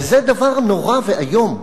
וזה דבר נורא ואיום.